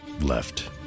Left